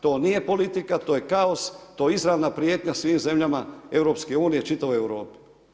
To nije politika, to je kaos, to je izravna prijetnja svim zemljama EU, čitavoj Europi.